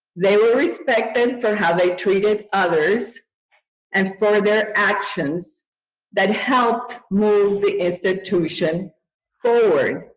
they were respected for how they treated others and for their actions that helped move the institution forward.